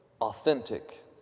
authentic